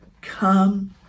Come